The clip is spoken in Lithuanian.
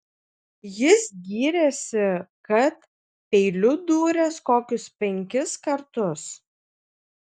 jis gyrėsi kad peiliu dūręs kokius penkis kartus